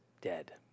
dead